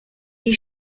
die